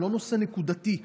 הוא לא נושא נקודתי,